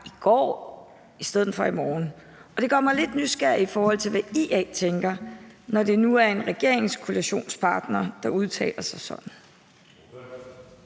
i går frem for i morgen, og det gør mig lidt nysgerrig, i forhold til hvad IA tænker, når det nu er en regeringskoalitionspartner, der udtaler sig sådan.